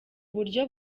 buryo